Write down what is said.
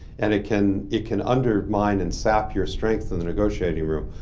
and it can it can undermine and sap your strength in the negotiating room.